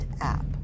app